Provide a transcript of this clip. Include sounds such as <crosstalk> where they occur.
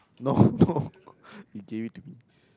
no <laughs> no you gave it to me